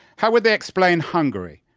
how would they explain hungary?